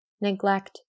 neglect